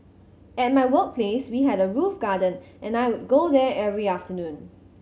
at my workplace we had a roof garden and I would go there every afternoon